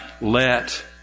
let